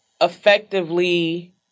effectively